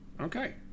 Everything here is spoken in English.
Okay